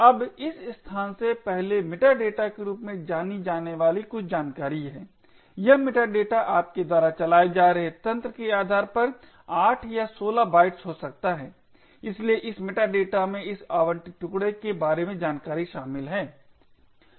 अब इस स्थान से पहले मेटा डेटा के रूप में जानी जाने वाली कुछ जानकारी है यह मेटा डेटा आपके द्वारा चलाए जा रहे तंत्र के आधार पर 8 या 16 बाइट्स हो सकता है इसलिए इस मेटा डेटा में इस आवंटित टुकडे के बारे में जानकारी शामिल है